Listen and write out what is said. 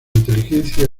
inteligencia